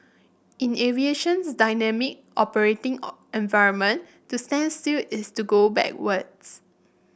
in aviation's dynamic operating environment to stand still is to go backwards